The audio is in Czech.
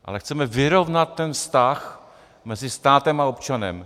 Ale chceme vyrovnat ten vztah mezi státem a občanem.